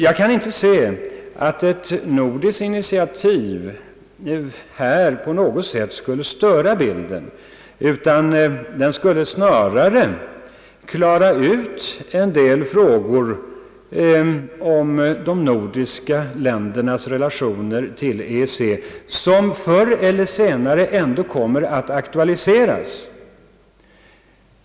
Jag kan inte inse att ett nordiskt initiativ på något sätt skulle störa bilden, utan det skulle snarare klara ut en del frågor om de nordiska ländernas relationer till EEC vilka förr eller senare ändå kommer att aktualiseras.